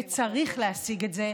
וצריך להשיג את זה,